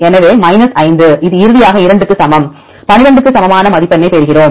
எனவே 5 இது இறுதியாக 2 க்கு சமம் 12 க்கு சமமான மதிப்பெண்ணைப் பெறுகிறோம்